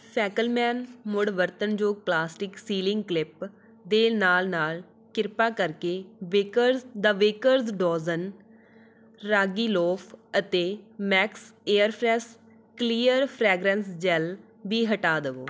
ਫੈਕਲਮੈਨ ਮੁੜ ਵਰਤਣਯੋਗ plastic sealing clip ਦੇ ਨਾਲ ਨਾਲ ਕ੍ਰਿਪਾ ਕਰਕੇ ਬੇਕਰਜ਼ ਦਾ ਬੇਕਰਜ਼ ਡੋਜ਼ਨ ਰਾਗੀ ਲੋਫ ਅਤੇ Max Airfresh clear fragrance gel ਵੀ ਹਟਾ ਦਵੋ